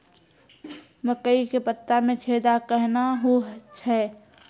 मकई के पत्ता मे छेदा कहना हु छ?